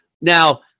Now